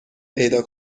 پیدا